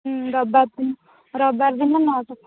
ହୁଁ ରବିବାର ଦିନ ରବିବାର ଦିନ ନଅଟା